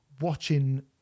watching